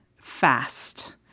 fast